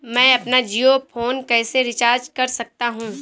मैं अपना जियो फोन कैसे रिचार्ज कर सकता हूँ?